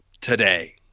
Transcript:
today